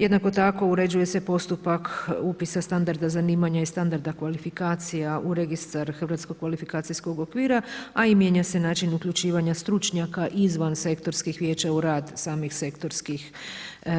Jednako tako uređuje se postupak upisa standarda zanimanja i standarda kvalifikacija u Registar hrvatskog kvalifikacijskog okvira, a i mijenja se način uključivanja stručnjaka izvan sektorskih vijeća u rad samih sektorskih